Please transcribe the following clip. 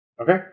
Okay